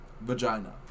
vagina